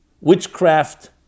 witchcraft